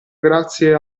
grazie